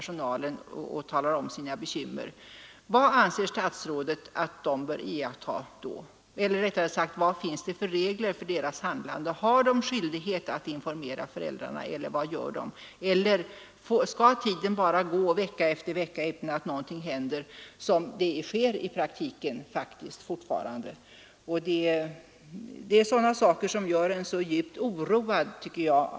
Skall det bara gå vecka efter vecka utan att något händer, såsom faktiskt fortfarande sker i praktiken? Det är sådana förhållanden som dessa som är så djupt oroande.